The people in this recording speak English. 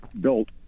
built